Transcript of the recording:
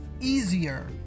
easier